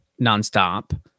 nonstop